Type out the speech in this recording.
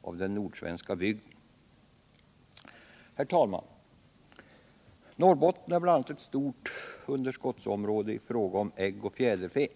av den nordsvenska bygden. 95 Herr talman! Norrbotten är ett stort underskottsområde i fråga om ägg och fjäderfä.